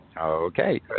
Okay